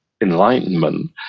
enlightenment